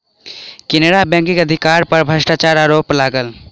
केनरा बैंकक अधिकारी पर भ्रष्टाचारक आरोप लागल